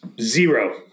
Zero